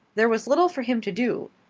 there was little for him to do.